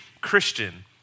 Christian